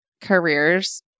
careers